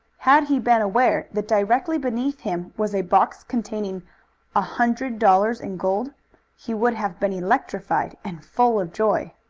had he been aware that directly beneath him was a box containing a hundred dollars in gold he would have been electrified and full of joy.